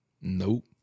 Nope